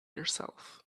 yourself